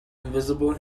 invisible